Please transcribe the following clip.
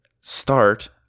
start